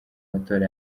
matora